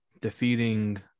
defeating